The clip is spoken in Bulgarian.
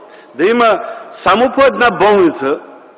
да има само по една болница...